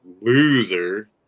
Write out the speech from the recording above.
loser